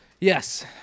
yes